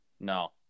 No